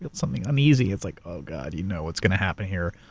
something uneasy. it's like, oh god, you know what's gonna happen here.